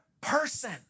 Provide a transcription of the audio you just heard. person